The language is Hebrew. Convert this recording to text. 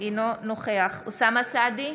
אינו נוכח אוסאמה סעדי,